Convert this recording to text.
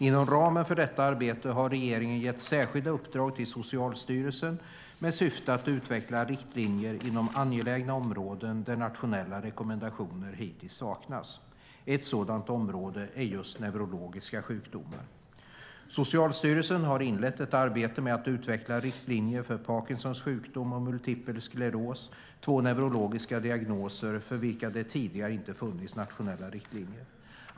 Inom ramen för detta arbete har regeringen gett särskilda uppdrag till Socialstyrelsen med syfte att utveckla riktlinjer inom angelägna områden där nationella rekommendationer hittills saknas. Ett sådant område är just neurologiska sjukdomar. Socialstyrelsen har inlett ett arbete med att utveckla riktlinjer för Parkinsons sjukdom och multipel skleros, två neurologiska diagnoser för vilka det tidigare inte funnits nationella riktlinjer.